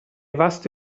vasti